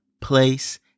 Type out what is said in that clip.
place